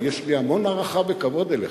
יש לי המון הערכה וכבוד אליך,